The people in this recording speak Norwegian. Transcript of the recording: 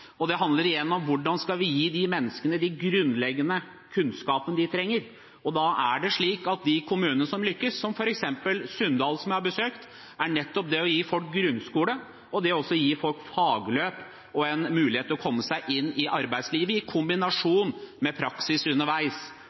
og om hvordan vi skal gi de menneskene de grunnleggende kunnskapene de trenger. Da er det slik at de kommunene som lykkes, som f.eks. Sunndal, som jeg har besøkt, gir folk grunnskole og et fagløp og en mulighet til å komme seg inn i arbeidslivet, i kombinasjon med praksis underveis